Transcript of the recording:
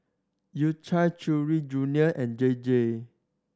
U Cha Chewy Junior and J J